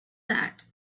that